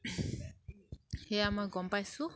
সেয়া মই গম পাইছোঁ